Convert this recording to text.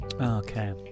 Okay